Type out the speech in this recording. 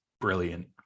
brilliant